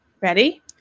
Ready